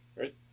Right